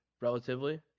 Relatively